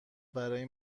برای